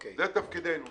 זה תפקידנו.